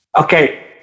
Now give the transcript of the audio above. okay